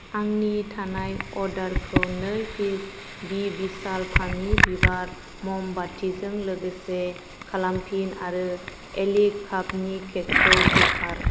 आंनि थानाय अर्डारखौ नै पिस भिशाल बिशाल फामि बिबार ममबाथिजों लोगोसे खालामफिन आरो एले कापनि केकखौ बोखार